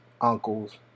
uncles